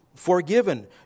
forgiven